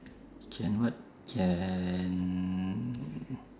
can what can